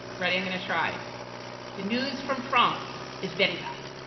ready? going to try the news from france is very bad.